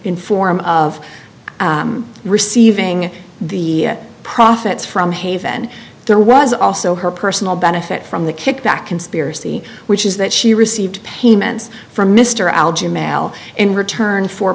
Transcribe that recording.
inform of receiving the profits from haven there was also her personal benefit from the kickback conspiracy which is that she received payments from mr algy mail in return for